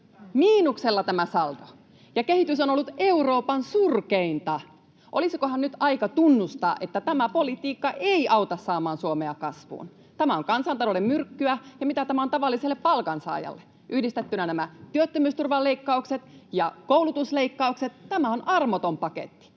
Miinuksella tämä saldo, ja kehitys on ollut Euroopan surkeinta. Olisikohan nyt aika tunnustaa, että tämä politiikka ei auta saamaan Suomea kasvuun? Tämä on kansantaloudelle myrkkyä. Ja mitä tämä on tavalliselle palkansaajalle? Yhdistettynä nämä työttömyysturvan leikkaukset ja koulutusleikkaukset ovat armoton paketti.